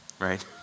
Right